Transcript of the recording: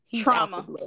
trauma